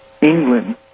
England